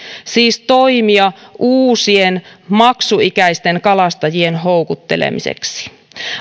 siis toimia uusien maksuikäisten kalastajien houkuttelemiseksi